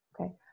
Okay